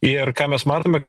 ir ką mes matome